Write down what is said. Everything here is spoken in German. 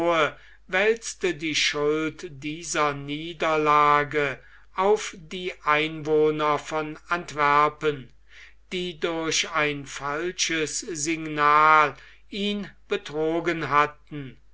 wälzte die schuld dieser niederlage aus die einwohner von antwerpen die durch ein falsches signal ihn betrogen hatten